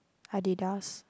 Adidas